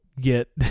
get